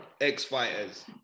ex-fighters